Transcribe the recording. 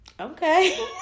Okay